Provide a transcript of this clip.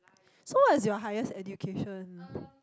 so what is your highest education